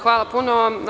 Hvala puno.